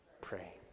pray